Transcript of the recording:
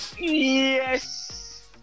yes